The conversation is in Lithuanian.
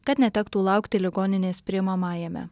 kad netektų laukti ligoninės priimamajame